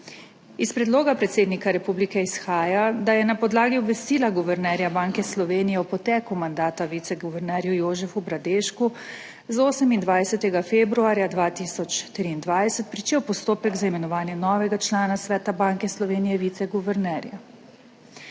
Iz predloga predsednika republike izhaja, da je na podlagi obvestila guvernerja Banke Slovenije o poteku mandata viceguvernerju Jožefu Bradešku z 28. februarja 2023 pričel postopek za imenovanje novega člana Sveta Banke Slovenije - viceguvernerja.